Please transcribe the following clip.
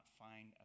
find